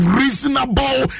reasonable